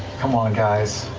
come on, guys.